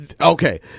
Okay